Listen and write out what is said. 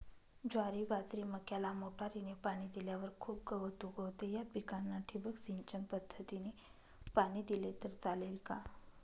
ज्वारी, बाजरी, मक्याला मोटरीने पाणी दिल्यावर खूप गवत उगवते, या पिकांना ठिबक सिंचन पद्धतीने पाणी दिले तर चालेल का?